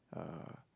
uh